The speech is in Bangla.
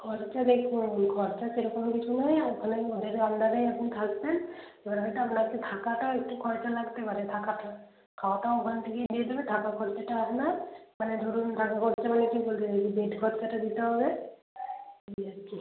খরচা দেখুন খরচা সেরকম কিছু নয় আর ওখানে আন্ডারে একজন থাকবেন এবার হয়তো আপনাকে থাকাটা একটু খরচা লাগতে পারে থাকাটা খাওয়াটাও ওখান থেকেই দিয়ে দেবে থাকা খরচাটা আপনার মানে ধরুন থাকা খরচা মানে কী বলতে চাইছি বেড খরচাটা দিতে হবে এই আর কি